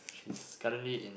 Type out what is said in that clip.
she's currently in